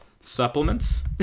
supplements